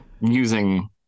using